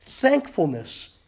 Thankfulness